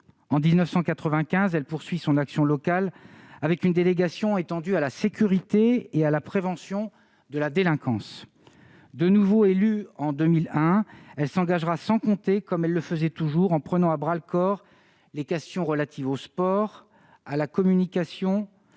En 1995, elle poursuit son action locale avec une délégation étendue à la sécurité et à la prévention de la délinquance. De nouveau élue en 2001, elle s'engagera sans compter, comme elle le faisait toujours, en prenant à bras-le-corps les questions relatives au sport, à la communication